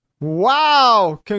Wow